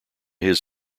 his